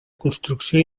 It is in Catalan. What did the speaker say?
construcció